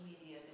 media